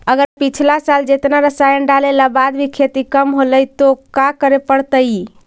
अगर पिछला साल जेतना रासायन डालेला बाद भी खेती कम होलइ तो का करे पड़तई?